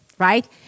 right